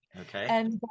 Okay